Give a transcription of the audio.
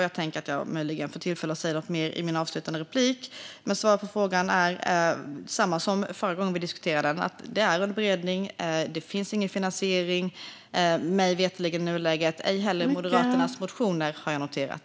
Jag tänker att jag möjligen får tillfälle att säga något mer om den i min avslutande replik, men svaret på frågan är samma som förra gången vi diskuterade den att det pågår en beredning och att det mig veterligen inte finns någon finansiering i nuläget. Det gör det inte heller i Moderaternas motioner, har jag noterat.